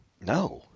No